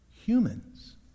humans